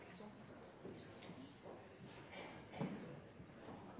Sånn er det